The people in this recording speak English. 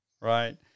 Right